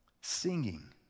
singing